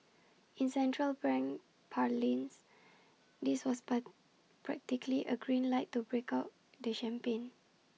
in central bank parlance this was practically A green light to break out the champagne